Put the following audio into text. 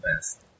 best